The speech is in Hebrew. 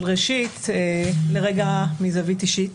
אבל ראשית לרגע מזווית אישית.